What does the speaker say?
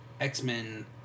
X-Men